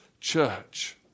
church